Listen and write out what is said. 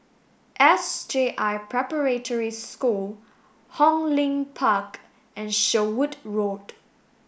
S J I Preparatory School Hong Lim Park and Sherwood Road